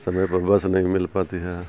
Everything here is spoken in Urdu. سمے پر بس نہیں مل پاتی ہے